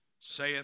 saith